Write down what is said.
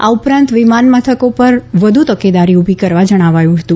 આ ઉપરાંત વિમાનમથકો પર વધુ તકેદારી ઉભી કરવા જણાવ્યું હતું